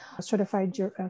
certified